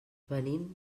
venim